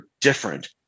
different